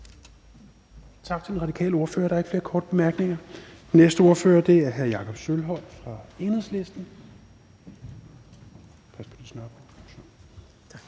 Tak til den radikale ordfører. Der er ikke flere korte bemærkninger. Den næste ordfører er hr. Jakob Sølvhøj fra Enhedslisten.